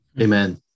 Amen